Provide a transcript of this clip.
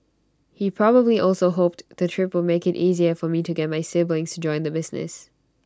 he probably also hoped the trip would make IT easier for me to get my siblings join the business